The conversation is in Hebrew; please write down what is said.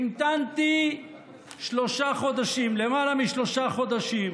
המתנתי למעלה משלושה חודשים.